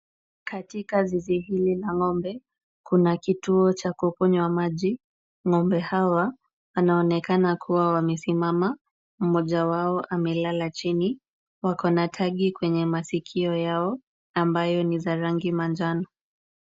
Katika zizi hili la ng'ombe, kuna kituo cha kukunywa maji. Ng'ombe hawa wanaonekana kuwa wamesimama. Mmoja wao amelala chini. Wako na tagi kwenye masikio yao ambayo ni za rangi manjano.